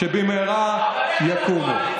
שבמהרה יקומו.